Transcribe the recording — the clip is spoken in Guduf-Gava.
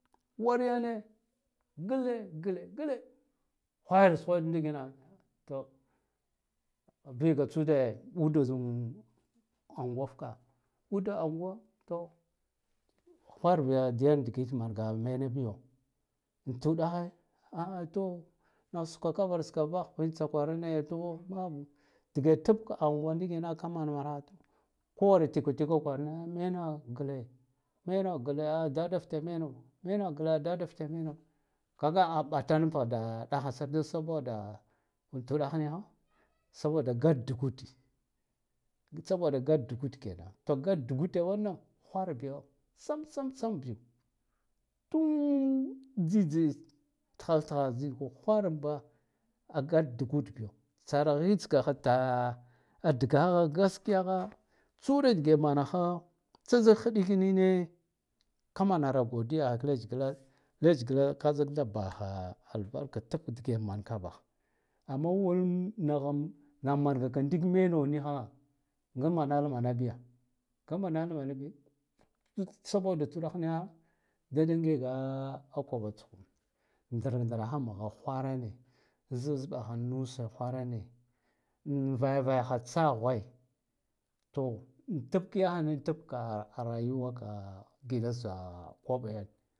Waryane nigle hwayane hwayud ndikina to viga tsude ude zu angwa fka uda angwa ko hwarba yan digit mangaha bi manabiyo tsa uɗa he aa to na skwa ka kav skwa bah vud tskakwarane to ɓabi dige tabka angwa ndikina ka mana manaha ko wara tikwa tikwa kwarane mena gle mena gla aa dada fta mena kaga a ɓata nafha da ɗaha sar da sa boda antuɗahe saboda gat dugut tsaboda gat dugud to gat dugude wanan hwar biyo sam sam bi tun tsitsanda thal thal zigo hwara ba gat dugud biyo tsara hitsgaha ta dgaha gaskiyaha tsa uda digema naha tsa zik hɗikinine kamanara godiya ha ka lesh gla leshgla ka zak baha hul dag dige man kavahha amma wai mangaha na mangaka ndikme no noha manhala manabiya ngama nala manabiyo tsa boda tuɗeh niha dada ngiga koɓ koɓ tsha ndra ndra ha mha hwarane zab zabaha nus kwarare an vaya vayaha tsahwe to an tab yahana tabka rayuwa ka guɗa za koba yane.